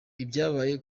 ibyabaye